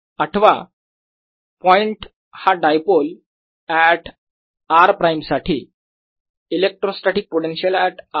आठवा पॉईंट हा dipole at r prime साठी इलेक्ट्रोस्टॅटीक पोटेन्शियल ऍट r